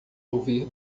ouvir